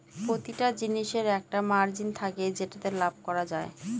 প্রতিটা জিনিসের একটা মার্জিন থাকে যেটাতে লাভ করা যায়